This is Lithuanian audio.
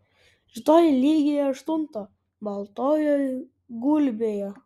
rytoj lygiai aštuntą baltojoje gulbėje